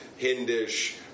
Hindish